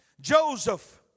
Joseph